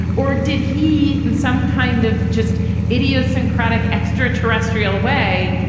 or did he in some kind of just idiosyncratic extraterrestrial way,